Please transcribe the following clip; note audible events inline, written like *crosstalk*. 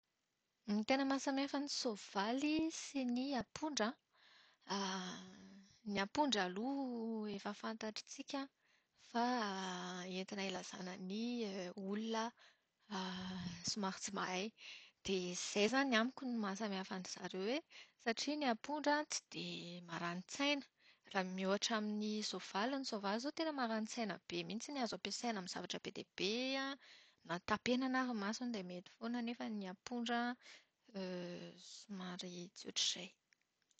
Ny tena mahasamihafa ny soavaly sy ny apondra, *hesitation* ny apondra aloha efa fantatrisika fa entina ilazàna ny olona *hesitation* somary tsy mahay. Dia izay izany amiko ny mahasamihafa an-dry zareo hoe, satria ny apondra tsy dia marani-tsaina raha mihoatra amin'ny soavaly. Ny soavaly izao tena marani-tsaina be mihitsiny ampiasaina amin'ny zavatra be dia be. Na tapenana ary ny masony dia mety foana anefa ny apondra *hesitation* somary tsy ohatr'izay.